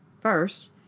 First